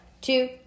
two